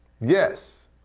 yes